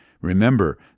remember